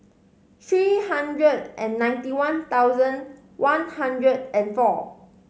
three hundred and ninety one thousand one hundred and four